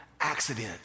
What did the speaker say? accident